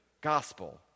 gospel